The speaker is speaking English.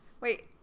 Wait